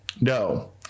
No